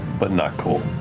but not cool.